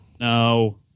no